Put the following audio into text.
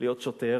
להיות שוטר?